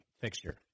fixture